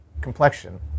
complexion